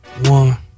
One